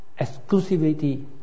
exclusivity